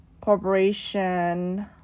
corporation